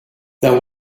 there